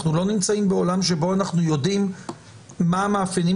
אנחנו לא נמצאים בעולם שבו אנחנו יודעים מה המאפיינים